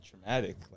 traumatic